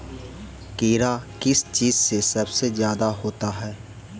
कीड़ा किस चीज से सबसे ज्यादा होता है?